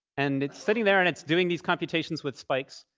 and it's sitting there, and it's doing these computations with spikes.